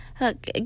Look